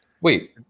Wait